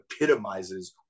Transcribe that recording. epitomizes